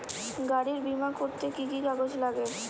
গাড়ীর বিমা করতে কি কি কাগজ লাগে?